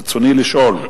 רצוני לשאול: